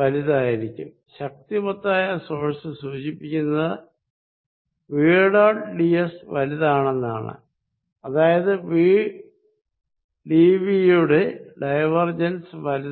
വലുതായിരിക്കും ശക്തിമത്തായ സോഴ്സ് സൂചിപ്പിക്കുന്നത് വി ഡോട്ട് ഡി എസ് വലുതാണെന്നാണ് അതായത് വി ഡിവി യുടെ ഡൈവർജൻസ് വലുതാണ്